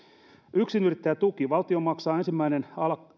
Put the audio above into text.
yksinyrittäjätuki valtio maksaa ensimmäinen